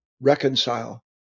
reconcile